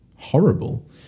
horrible